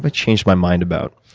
but changed my mind about?